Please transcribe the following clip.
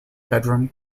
bedroom